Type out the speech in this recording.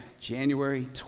January